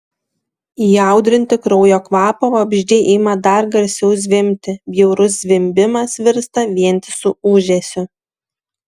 įaudrinti kraujo kvapo vabzdžiai ima dar garsiau zvimbti bjaurus zvimbimas virsta vientisu ūžesiu